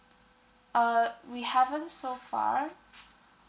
uh we haven't so far